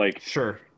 Sure